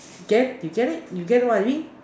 okay you get it you get what I mean